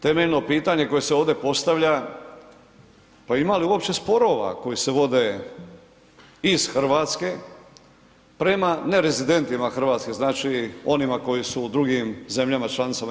Temeljno pitanje koje se ovdje postavlja pa ima li uopće sporova koji se vode iz Hrvatske prema nerezidentima Hrvatske znači onima koji su u drugim zemljama članicama EU.